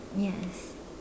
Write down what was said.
yes